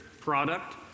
product